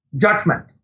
judgment